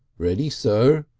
ready, sir!